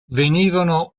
venivano